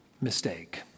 mistake